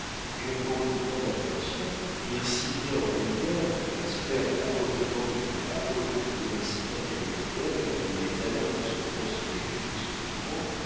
eurent pour lui tant d'attentions mirent si bien en lumière dans la sphère de la haute banque et de la haute diplomatie intellectuelle les talents de ce prospectus vivant